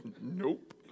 Nope